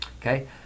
Okay